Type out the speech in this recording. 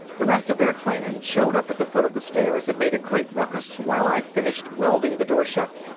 the rest of their clan showed up at the foot of the stairs and made a great ruckus while i finished welding the door shut.